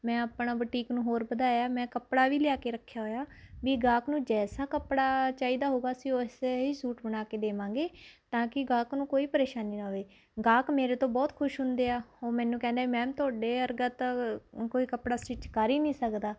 ਮੈਂ ਆਪਣਾ ਬੂਟੀਕ ਨੂੰ ਹੋਰ ਵਧਾਇਆ ਮੈਂ ਕੱਪੜਾ ਵੀ ਲਿਆ ਕੇ ਰੱਖਿਆ ਹੋਇਆ ਵੀ ਗਾਹਕ ਨੂੰ ਜੈਸਾ ਕੱਪੜਾ ਚਾਹੀਦਾ ਹੋਊਗਾ ਅਸੀਂ ਉਸੇ ਹੀ ਸੂਟ ਬਣਾ ਕੇ ਦੇਵਾਂਗੇ ਤਾਂ ਕਿ ਗਾਹਕ ਨੂੰ ਕੋਈ ਪ੍ਰੇਸ਼ਾਨੀ ਹੋਵੇ ਗਾਹਕ ਮੇਰੇ ਤੋਂ ਬਹੁਤ ਖੁਸ਼ ਹੁੰਦੇ ਆ ਉਹ ਮੈਨੂੰ ਕਹਿੰਦੇ ਮੈਮ ਤੁਹਾਡੇ ਵਰਗਾ ਤਾਂ ਕੋਈ ਕੱਪੜਾ ਸਟਿਚ ਕਰ ਹੀ ਨਹੀਂ ਸਕਦਾ